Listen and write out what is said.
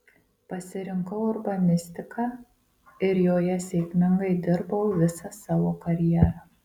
pasirinkau urbanistiką ir joje sėkmingai dirbau visą savo karjerą